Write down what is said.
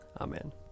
Amen